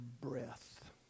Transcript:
breath